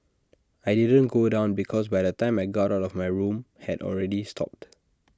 I didn't go down because by the time I got out of my room had already stopped